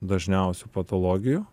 dažniausių patologijų